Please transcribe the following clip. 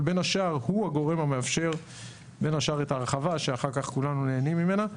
בין השאר הוא הגורם המאפשר את ההרחבה שאחר כך כולנו נהנים ממנה.